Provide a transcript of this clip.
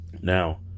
Now